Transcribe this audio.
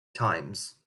times